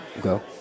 Go